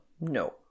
No